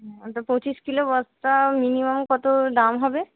তো পঁচিশ কিলো বস্তা মিনিমাম কত দাম হবে